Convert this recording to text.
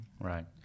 Right